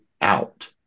out